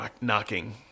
knocking